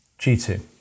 G2